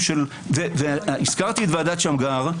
והזכרתי את ועדת שמגר.